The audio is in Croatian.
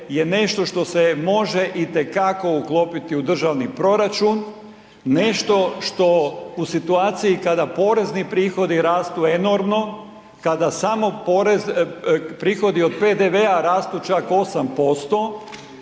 je nešto što se može itekako uklopiti u državni proračun, nešto što u situaciji kada porezni prihodi rastu enormno, kada samo prihodi od PDV-a rastu čak 8%,